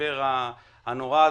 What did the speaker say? המשבר הנורא הזה.